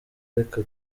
reka